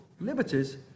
Liberties